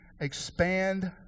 expand